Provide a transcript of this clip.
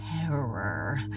terror